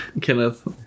Kenneth